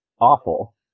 awful